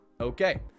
Okay